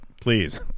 please